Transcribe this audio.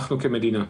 אנחנו כמדינה.